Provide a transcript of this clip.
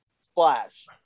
Splash